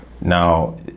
now